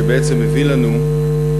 שבימים האחרונים בעצם מביא לנו את